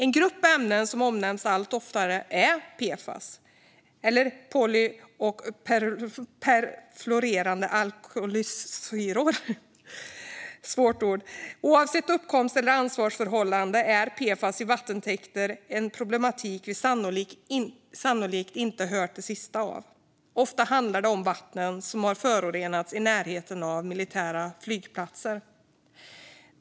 En grupp ämnen som omnämns allt oftare är PFAS, poly och perfluorerade alkylsubstanser. Oavsett uppkomst eller ansvarsförhållande är PFAS i vattentäkter ett problem vi sannolikt inte hört det sista om. Ofta handlar det om vatten som har förorenats i närheten av militära flygplatser.